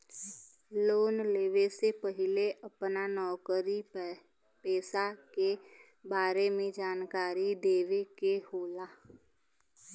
Loan लेवे से पहिले अपना नौकरी पेसा के बारे मे जानकारी देवे के होला?